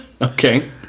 Okay